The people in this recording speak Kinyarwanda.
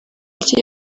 rye